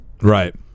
Right